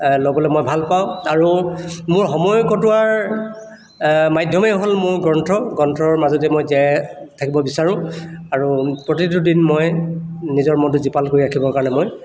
ল'বলৈ মই ভাল পাওঁ আৰু মোৰ সময় কটোৱাৰ মাধ্যমেই হ'ল মোৰ গ্ৰন্থ গ্ৰন্থৰ মাজেদি মই জীয়াই থাকিব বিচাৰোঁ আৰু প্ৰতিটো দিন মই নিজৰ মনটো জীপাল কৰি ৰাখিবৰ কাৰণে মই